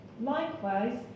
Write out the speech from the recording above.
Likewise